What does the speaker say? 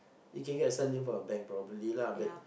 you can get yourself linked from a bank probably lah but